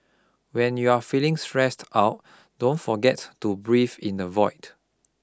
when you are feeling stressed out don't forget to breathe in the void